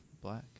black